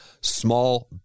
small